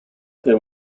there